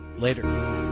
Later